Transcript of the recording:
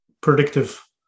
predictive